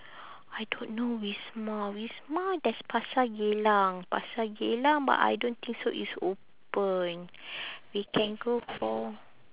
I don't know wisma wisma there's pasar geylang pasar geylang but I don't think so it's open we can go for